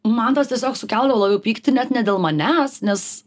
man tas tiesiog sukeldavo labiau pyktį net ne dėl manęs nes